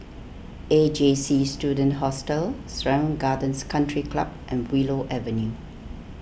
A J C Student Hostel Serangoon Gardens Country Club and Willow Avenue